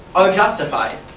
are justified.